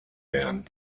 werden